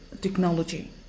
technology